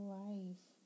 life